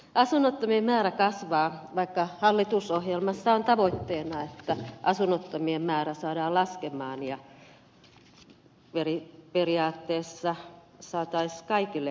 asunnottomien määrä kasvaa vaikka hallitusohjelmassa on tavoitteena että asunnottomien määrä saadaan laskemaan ja periaatteessa saataisiin kaikille asunto